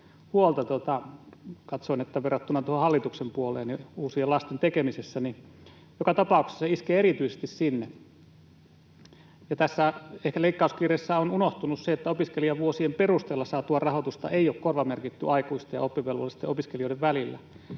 hyvin, katsoin, verrattuna hallituksen puoleen pidetty huolta uusien lasten tekemisestä — niin joka tapauksessa se iskee erityisesti sinne. Tässä ehkä leikkauskiireessä on unohtunut se, että opiskelijavuosien perusteella saatua rahoitusta ei ole korvamerkitty aikuisten ja oppivelvollisten opiskelijoiden välillä.